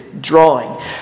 drawing